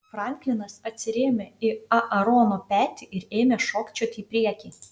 franklinas atsirėmė į aarono petį ir ėmė šokčioti į priekį